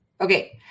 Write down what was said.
Okay